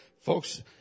folks